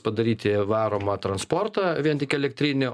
padaryti varomą transportą vien tik elektrinį